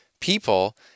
people